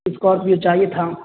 Scorpio چاہیے تھا